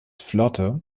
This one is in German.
flotte